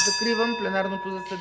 Закривам пленарното заседание.